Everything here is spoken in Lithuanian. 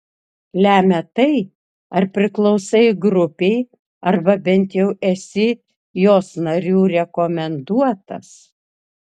lemia tai ar priklausai grupei arba bent jau esi jos narių rekomenduotas